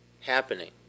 happening